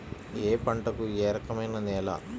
ఏ పంటకు ఏ రకమైన నేల?